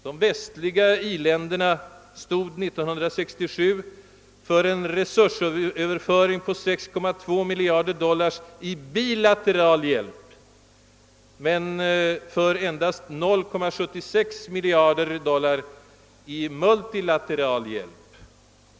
De västliga i-länderna stod år 1967 för en resursöverföring på 6,2 miljarder dollar i bilateral hjälp men för endast 0,76 miljarder dollar i multilateral hjälp.